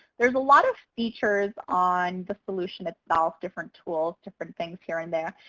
there's a lot of features on the solution itself, different tools, different things here and there.